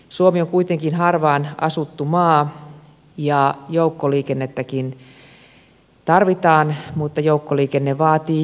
suomi on kuitenkin harvaan asuttu maa ja joukkoliikennettäkin tarvitaan mutta joukkoliikenne vaatii joukkoja